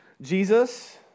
Jesus